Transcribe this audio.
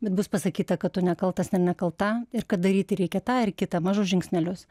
bet bus pasakyta kad tu nekaltas ir nekalta ir kad daryti reikia tą ir kitą mažus žingsnelius